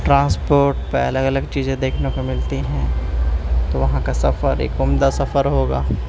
transport پر الگ الگ چیزیں دیکھنے کو ملتی ہیں تو وہاں کا سفر ایک عمدہ سفر ہوگا